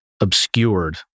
obscured